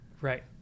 right